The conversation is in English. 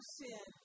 sin